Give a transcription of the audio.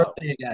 again